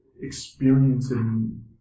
experiencing